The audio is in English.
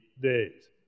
days